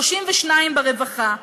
32 ברווחה.